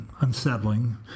unsettling